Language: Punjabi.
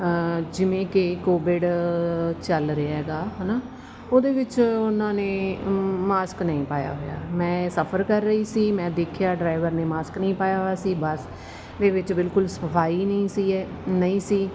ਜਿਵੇਂ ਕਿ ਕੋਵਿਡ ਚੱਲ ਰਿਹਾ ਹੈਗਾ ਹੈ ਨਾ ਉਹਦੇ ਵਿੱਚ ਉਹਨਾਂ ਨੇ ਮਾਸਕ ਨਹੀਂ ਪਾਇਆ ਹੋਇਆ ਮੈਂ ਸਫਰ ਕਰ ਰਹੀ ਸੀ ਮੈਂ ਦੇਖਿਆ ਡਰਾਈਵਰ ਨੇ ਮਾਸਕ ਨਹੀਂ ਪਾਇਆ ਹੋਇਆ ਸੀ ਬਸ ਦੇ ਵਿੱਚ ਬਿਲਕੁਲ ਸਫਾਈ ਨਹੀਂ ਸੀ ਨਹੀਂ ਸੀ